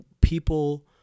people